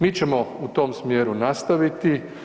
Mi ćemo u tom smjeru nastaviti.